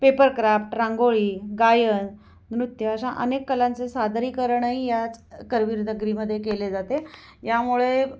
papercraft रांगोळी गायन नृत्य अशा अनेक कलांचे सादरीकरणही याच करवीर नगरीमध्ये केले जाते यामुळे